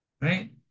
right